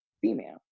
female